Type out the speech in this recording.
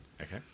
Okay